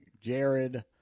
Jared